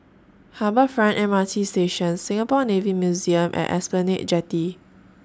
Harbour Front M R T Station Singapore Navy Museum and Esplanade Jetty